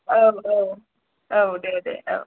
औ औ औ दे दे औ